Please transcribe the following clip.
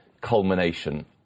culmination